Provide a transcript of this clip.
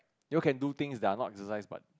you all can do things that are not exercise but